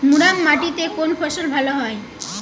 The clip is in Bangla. মুরাম মাটিতে কোন ফসল ভালো হয়?